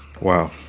Wow